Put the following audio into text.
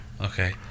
Okay